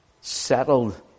settled